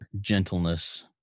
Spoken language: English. gentleness